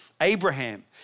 Abraham